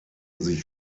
sich